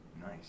Nice